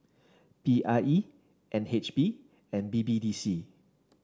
P I E N H B and B B D C